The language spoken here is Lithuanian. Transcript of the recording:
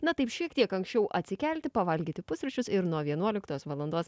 na taip šiek tiek anksčiau atsikelti pavalgyti pusryčius ir nuo vienuoliktos valandos